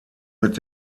mit